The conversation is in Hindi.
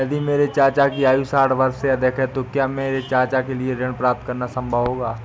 यदि मेरे चाचा की आयु साठ वर्ष से अधिक है तो क्या मेरे चाचा के लिए ऋण प्राप्त करना संभव होगा?